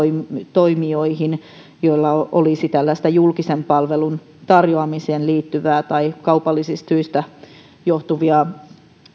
toimijoihin joilla olisi tällaisia julkisen palvelun tarjoamiseen liittyviä tai kaupallisista syistä johtuvia